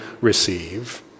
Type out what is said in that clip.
receive